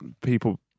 people